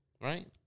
Right